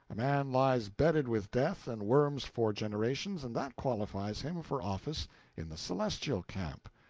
a man lies bedded with death and worms four generations, and that qualifies him for office in the celestial camp.